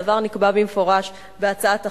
הדבר נקבע במפורש בהצעת החוק,